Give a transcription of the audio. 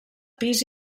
pis